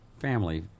family